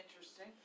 interesting